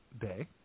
Day